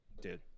dude